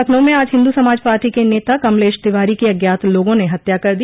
लखनऊ में आज हिन्दू समाज पार्टी के नेता कमलेश तिवारी की अज्ञात लोगों ने हत्या कर दी